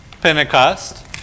Pentecost